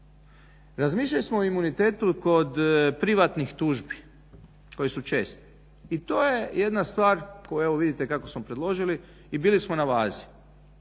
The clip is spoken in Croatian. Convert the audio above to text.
Razmišljali smo o imunitetu kod privatnih tužbi koje su česte i to je jedna stvar koja evo vidite kako smo predložili i bili smo na vazi.